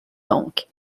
donc